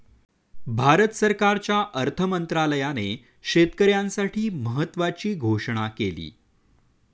भारत सरकारच्या अर्थ मंत्रालयाने शेतकऱ्यांसाठी महत्त्वाची घोषणा केली